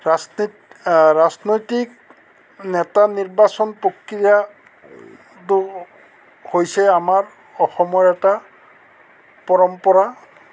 ৰাজনৈতিক নেতা নিৰ্বাচন প্ৰক্ৰিয়াটো হৈছে আমাৰ অসমৰ এটা পৰম্পৰা